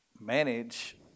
manage